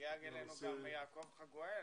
הגיע חגואל.